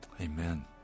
Amen